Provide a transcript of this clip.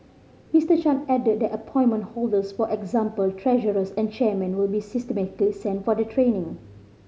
Mister Chan added that appointment holders for example treasurers and chairmen will be systematically sent for the training